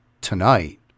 tonight